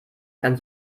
kann